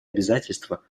обязательства